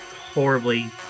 horribly